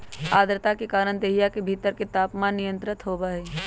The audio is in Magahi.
आद्रता के कारण देहिया के भीतर के तापमान नियंत्रित होबा हई